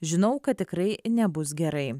žinau kad tikrai nebus gerai